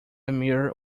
mere